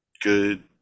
good